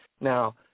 Now